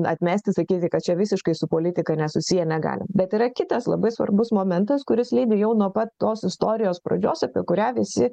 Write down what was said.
atmesti sakyti kad čia visiškai su politika nesusiję negalim bet yra kitas labai svarbus momentas kuris lydi jau nuo pat tos istorijos pradžios apie kurią visi